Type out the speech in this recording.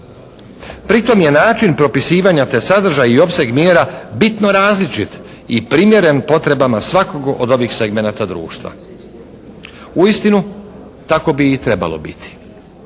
Pri tom je način propisivanja te sadržaj i opseg mjera bitno različit i primjeren potrebama svakog od ovih segmenata društva. Uistinu, tako bi i trebalo biti.